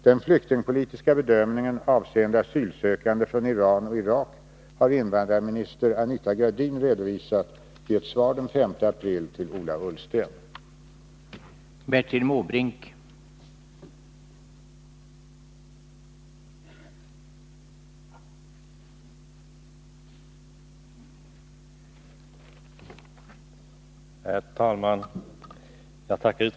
Den flyktingpolitiska bedömningen avseende asylsökande från Iran och Irak har invandrarminister Anita Gradin redovisat i ett svar den 5 april till Ola Ullsten. att stödja kurdiska minoriteter